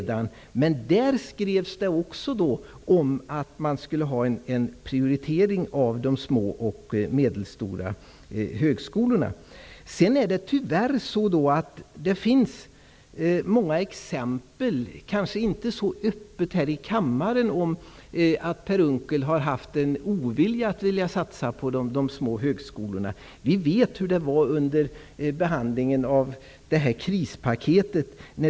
Det skrevs också i beställningen att de små och medelstora högskolorna skulle prioriteras. Tyvärr finns det många exempel på -- kanske inte visade så öppet här i kammaren -- att Per Unckel har varit ovillig att satsa på de små högskolorna. Vi vet hur det var under behandlingen av krispaketet.